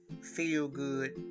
feel-good